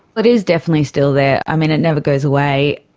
it is definitely still there, um and it never goes away,